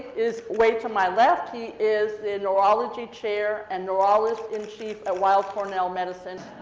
is way to my left. he is the neurology chair and neurologist in chief at weill cornell medicine.